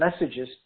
messages